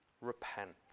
Repent